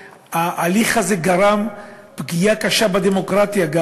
ההליך הזה גרם גם פגיעה קשה בדמוקרטיה,